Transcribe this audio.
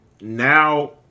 now